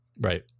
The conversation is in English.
right